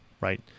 right